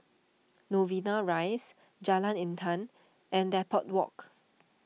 Novena Rise Jalan Intan and Depot Walk